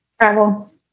Travel